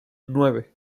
nueve